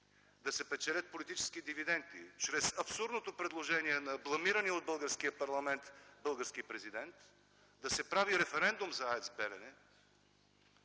да се печелят политически дивиденти чрез абсурдното предложение на бламирания от българския парламент български президент, да се прави референдум за АЕЦ „Белене”,